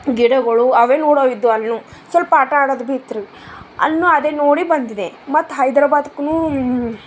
ಗಿಡಗಳು ಅವೇ ನೋಡಾವು ಇದ್ದುವು ಅಲ್ಲಿನು ಸ್ವಲ್ಪ ಆಟ ಆಡೋದು ಬಿ ಇತ್ರಿ ಅಲ್ಲೂ ಅದೇ ನೋಡಿ ಬಂದ್ವಿ ಮತ್ತು ಹೈದ್ರಬಾದ್ಕೂನು